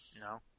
No